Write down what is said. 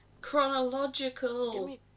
Chronological